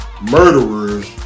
murderers